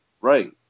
Right